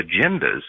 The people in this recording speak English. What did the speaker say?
agendas